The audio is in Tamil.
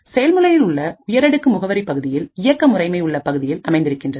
செயல்முறையில் உள்ள உயரடுக்கு முகவரிப் பகுதியில் இயக்க முறைமை உள்ள பகுதியில் அமைந்திருக்கின்றது